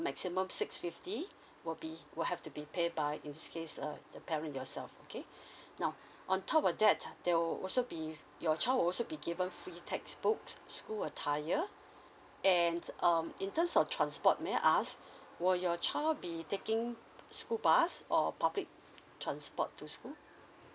maximum six fifty will be will have to be pay by in this case uh the parent in yourself okay now on top of that there will also be your child will also be given free textbooks school attire and um in terms of transport may I ask were your child be taking school bus or public transport to school